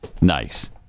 nice